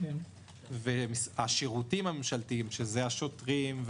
והשירותים הממשלתיים שזה השוטרים,